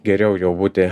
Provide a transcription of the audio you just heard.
geriau jau būti